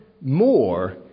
more